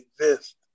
exist